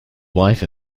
wife